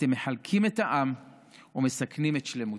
אתם מחלקים את העם ומסכנים את שלמותו.